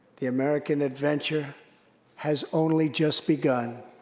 the american adventure has only just begun.